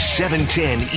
710